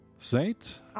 Saint